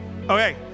Okay